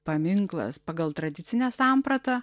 paminklas pagal tradicinę sampratą